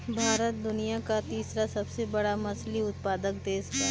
भारत दुनिया का तीसरा सबसे बड़ा मछली उत्पादक देश बा